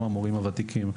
גם המורים הוותיקים,